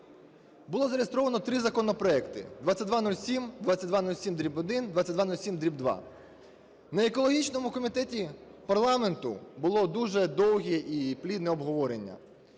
Було зареєстровано три законопроекти: 2207, 2207-1, 2207-2. На екологічному комітеті парламенту було дуже довге і плідне обговорення